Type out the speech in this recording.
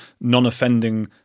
non-offending